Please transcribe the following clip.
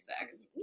sex